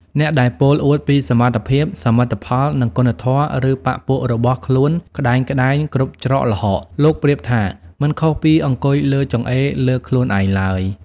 អ្នកដែលពោលអួតពីសមត្ថភាព សមិទ្ធផល និងគុណធម៌ឬបក្សពួករបស់ខ្លួនក្ដែងៗគ្រប់ច្រកល្ហក លោកប្រៀបថា មិនខុសពីអង្គុយលើចង្អេរលើកខ្លួនឯងឡើយ។